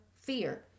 fear